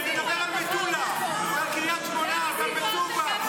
--- קריית שמונה, מטולה.